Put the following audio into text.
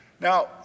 Now